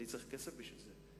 אני צריך כסף בשביל זה,